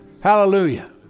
Hallelujah